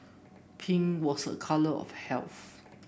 pink was a colour of health